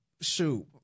shoot